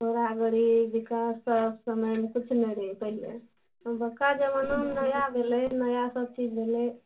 घोड़ा गाड़ी विकास सब समयमे किछु नहि रहय पहिले अबका जमानामे नया भेलय नया सब चीज भेलय